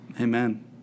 Amen